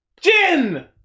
Jin